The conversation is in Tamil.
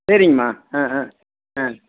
சரிங்ம்மா ஆ ஆ ஆ